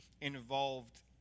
involved